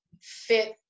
fit